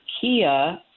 Kia